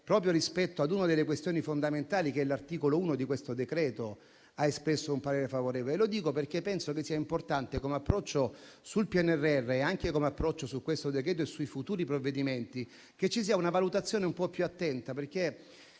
proprio rispetto ad una delle questioni fondamentali, che è l'articolo 1 del presente decreto-legge, ha espresso un parere favorevole. Lo dico perché penso che sia importante, come approccio sul PNRR e anche come approccio sul decreto-legge in esame e sui futuri provvedimenti, che ci sia una valutazione più attenta.